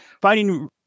finding